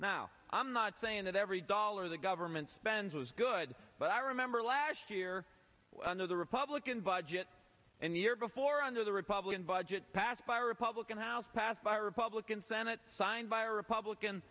now i'm not saying that every dollar the government spends was good but i remember last year under the republican budget and the year before under the republican budget passed by a republican house passed by a republican senate signed by a republican